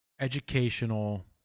educational